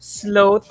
slow